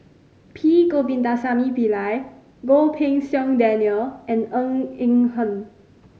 P Govindasamy Pillai Goh Pei Siong Daniel and Ng Eng Hen